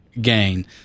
gain